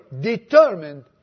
determined